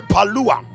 Palua